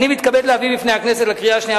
אני מתכבד להביא לפני הכנסת לקריאה השנייה